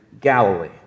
Galilee